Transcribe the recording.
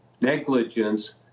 negligence